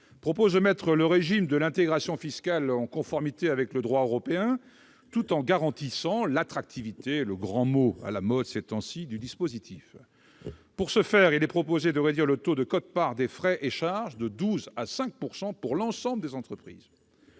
12 vise à mettre le régime de l'intégration fiscale en conformité avec le droit européen, tout en garantissant « l'attractivité »- le grand mot à la mode ces temps-ci -du dispositif. Pour ce faire, il est proposé de réduire le taux de quote-part des frais et charges de 12 % à 5 % pour l'ensemble des entreprises.